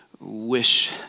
wish